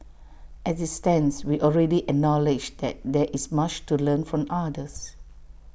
as IT stands we already acknowledge that there is much to learn from others